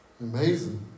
amazing